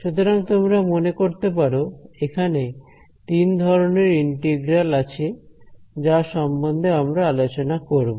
সুতরাং তোমরা মনে করতে পারো এখানে তিন ধরনের ইন্টিগ্রাল আছে যা সম্বন্ধে আমরা আলোচনা করব